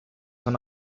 son